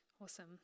Awesome